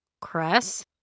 Cress